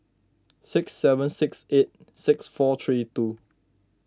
six seven six eight six four three two